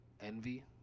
envy